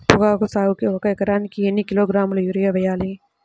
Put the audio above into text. పొగాకు సాగుకు ఒక ఎకరానికి ఎన్ని కిలోగ్రాముల యూరియా వేయాలి?